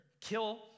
kill